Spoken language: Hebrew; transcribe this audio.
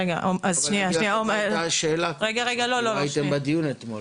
תגידי מה הייתה השאלה, אתם לא הייתם בדיון אתמול.